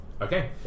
Okay